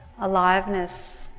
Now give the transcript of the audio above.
aliveness